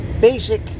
basic